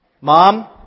Mom